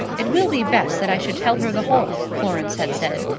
it will be best that i should tell her the whole, florence had said,